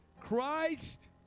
Christ